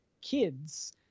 kids